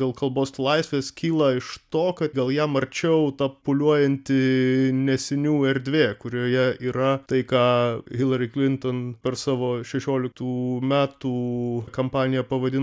dėl kalbos laisvės kyla iš to kad gal jam arčiau ta pūliuojanti nesinių erdvė kurioje yra tai ką hilary klinton per savo šešioliktų metų kampaniją pavadino